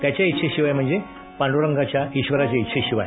त्याच्या इच्छेशिवाय म्हणजे पांडरंगाच्या ईश्वराच्या ईच्छेशिवाय